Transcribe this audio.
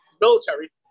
military